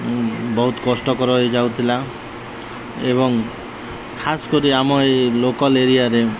ବହୁତ କଷ୍ଟକର ହୋଇଯାଉଥିଲା ଏବଂ ଖାସ୍ କରି ଆମ ଏଇ ଲୋକାଲ୍ ଏରିଆରେ